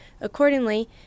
Accordingly